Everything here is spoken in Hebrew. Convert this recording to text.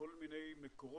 בכל מיני מקורות